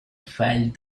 felt